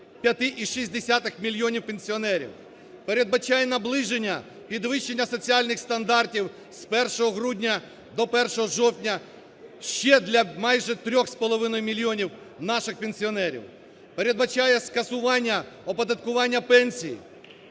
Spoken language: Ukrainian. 5,6 мільйонів пенсіонерів. Передбачає наближення підвищення соціальних стандартів з 1 грудня до 1 жовтня ще для майже 3,5 мільйонів наших пенсіонерів. Передбачає скасування оподаткування пенсій.